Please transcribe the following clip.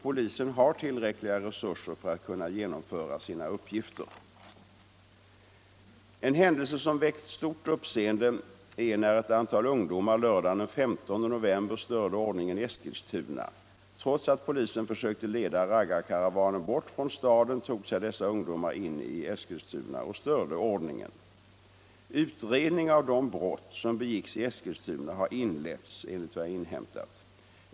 Polisen har tillräckliga resurser för att kunna genomföra sina uppgifter. En händelse som väckt stort uppseende är den när ett antal ungdomar lördagen den 15 november störde ordningen i Eskilstuna. Trots att polisen försökte leda raggarkaravanen bort från staden, tog sig dessa ungdomar in i Eskilstuna och störde ordningen. Utredningen av de brott som begicks i Eskilstuna har inletts, enligt vad jag har inhämtat.